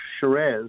Shiraz